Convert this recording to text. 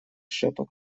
шепот